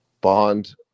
Bond